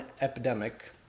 epidemic